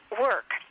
work